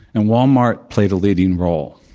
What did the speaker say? and walmart played a leading role.